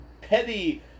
petty